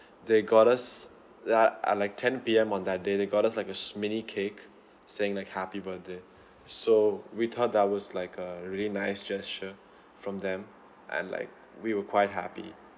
they got us they are uh like ten P_M on that day they got us like a mini cake saying like happy birthday so we thought that was like a really nice gesture from them and like we were quite happy